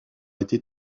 été